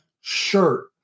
shirt